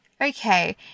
okay